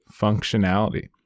functionality